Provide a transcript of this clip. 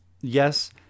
yes